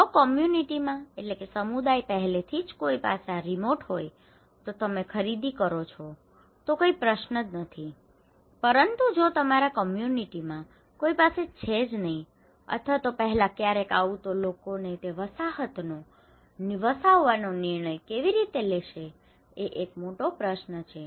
જો કોમ્યુનિટીમાં community સમુદાય પહેલેથી જ કોઈ પાસે આ રિમોટ હોય તો તમે ખરીદી કરો છો તો કોઈ પ્રશ્ન જ નથી પરંતુ જો તમારા કમ્યુનિટિમાં community સમુદાય કોઈ પાસે છે જ નહીં અથવા તો પહેલા ક્યારેય આવ્યું તો લોકો તે વસાવવાનો નિર્ણય કેવી રીતે લેશે એ એક મોટો પ્રશ્ન છે